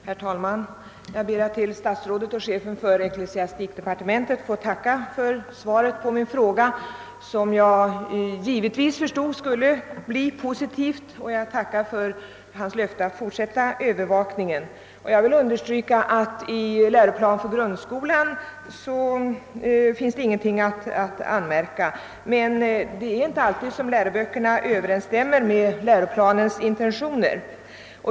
Herr talman! Jag ber att till herr statsrådet och chefen för ecklesiastikdepartementet få framföra ett tack för svaret på min fråga. Jag förstod att svaret skulle bli positivt, och jag tac kar för hans löfte att fortsätta övervakningen. Jag vill understryka att det i läroplanen för grundskolan inte finns någonting att anmärka mot. Men det är inte alltid som läroböckerna Ööverensstämmer med läroplanens intentioner.